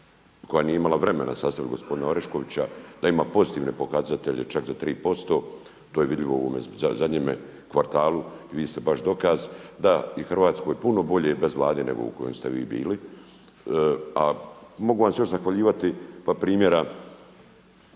koja nije imala vremena sastaviti gospodina Oreškovića, da ima pozitivne pokazatelje čak do 3%, to je vidljivo u ovome zadnjem kvartalu, i vi ste baš dokaz da je Hrvatskoj puno bolje bez Vlade nego u kojem ste vi bili, a mogu vam se još zahvaljivati pa primjera